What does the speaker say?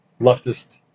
leftist